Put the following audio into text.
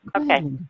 okay